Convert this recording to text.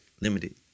Limited